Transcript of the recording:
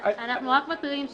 אנחנו רק מתריעים,